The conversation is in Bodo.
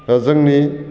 जोंनि